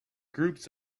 groups